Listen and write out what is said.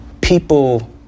People